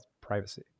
privacy